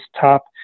top